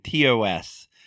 TOS